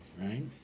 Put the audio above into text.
Right